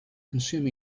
consume